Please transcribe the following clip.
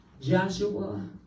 Joshua